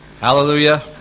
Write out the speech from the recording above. Hallelujah